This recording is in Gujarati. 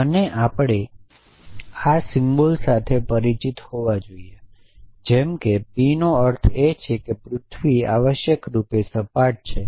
અને આપણે આ સિમ્બોલ સાથે પરિચિત હોવા જોઈએ જેમ કે p નો અર્થ એ છે કે પૃથ્વી આવશ્યક રૂપે સપાટ છે